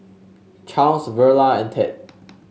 Charles Verla and Ted